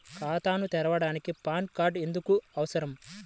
ఖాతాను తెరవడానికి PAN card ఎందుకు అవసరము?